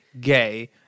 gay